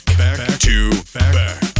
back-to-back